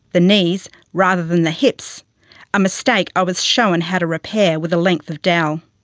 the knees rather than the hips a mistake i was shown how to repair with a length of dowel.